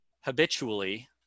habitually